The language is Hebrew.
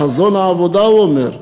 חזון העבודה, הוא אומר.